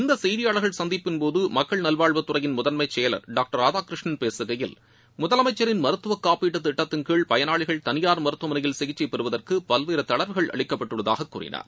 இந்த செய்தியாளர்கள் சந்திப்பின்போது மக்கள் நல்வாழ்வுத்துறையின் முதன்மைச்செயலர் டாக்டர் ராதாகிருஷ்ணன் பேககையில் முதலமைச்சரின் மருத்துவ காப்பீட்டுத் திட்டத்தின்கீழ் பயனாளிகள் தனியார் மருத்துவமனையில் சிகிச்சை பெறுவதற்கு பல்வேறு தளர்வுகள் அளிக்கப்பட்டுள்ளதாக கூறினார்